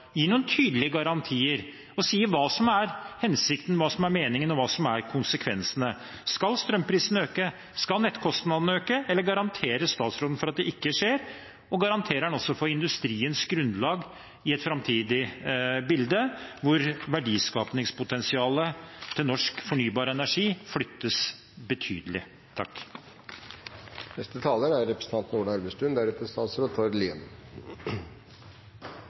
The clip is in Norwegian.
noen tydelige garantier og sier hva som er hensikten, hva som er meningen, og hva som er konsekvensene. Skal strømprisene øke, skal nettkostnadene øke, eller garanterer statsråden for at det ikke skjer? Og garanterer han også for industriens grunnlag i et framtidig bilde hvor verdiskapingspotensialet til norsk fornybar energi flyttes betydelig?